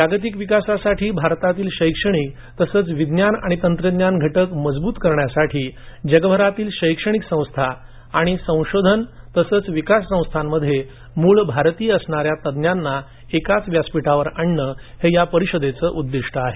जागतिक विकासासाठी भारतातील शैक्षणिक तसच विज्ञान आणि तंत्रज्ञान घटक मजबूत करण्यासाठी जगभरातील शैक्षणिक संस्था आणि संशोधन आणि विकास संस्थांमध्ये मूळ भारतीय असणाऱ्या तज्ञाना एकाच व्यासपीठावर आणणे हे या परिषदेचे उद्दीष्ट आहे